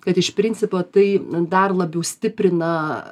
kad iš principo tai dar labiau stiprina